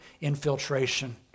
infiltration